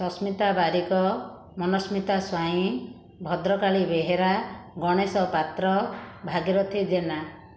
Sasmita Barik Manasmita Swain Bhadrakali Behera Ganesh Patra Bhagirathi Jena